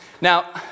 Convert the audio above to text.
Now